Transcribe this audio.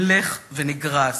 הולך ונגרס.